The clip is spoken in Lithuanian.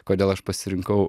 kodėl aš pasirinkau